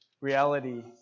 reality